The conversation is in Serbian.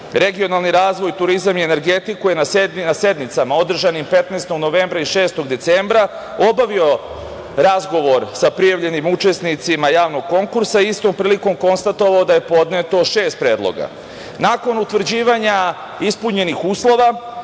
regionalni razvoj turizam i energetiku, na sednicama održanim 15. novembra i 6. decembra, obavio je razgovor sa prijavljenim učesnicima javnog konkursa i istom prilikom konstatovao da je podneto šest predloga. Nakon utvrđivanja ispunjenih uslova,